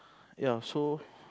ya so